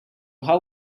how